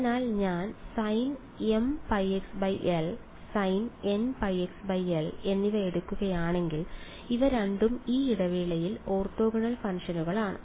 അതിനാൽ ഞാൻ sinmπxl sinnπxl എന്നിവ എടുക്കുകയാണെങ്കിൽ ഇവ രണ്ടും ഈ ഇടവേളയിൽ ഓർത്തോഗണൽ ഫംഗ്ഷനുകളാണ്